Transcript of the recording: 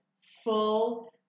full